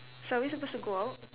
so are we supposed to go out